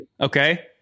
Okay